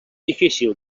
difícil